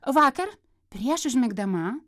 vakar prieš užmigdama